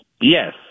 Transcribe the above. Yes